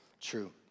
true